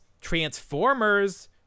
Transformers